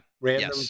random